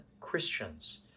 Christians